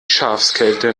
schafskälte